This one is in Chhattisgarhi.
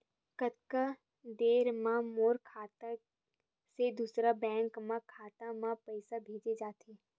कतका देर मा मोर खाता से दूसरा बैंक के खाता मा पईसा भेजा जाथे?